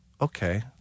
okay